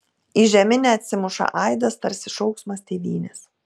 į žeminę atsimuša aidas tarsi šauksmas tėvynės